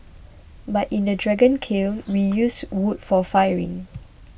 but in a dragon kiln we use wood for firing